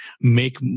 make